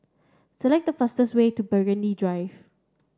select the fastest way to Burgundy Drive